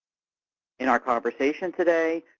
in our conversation today.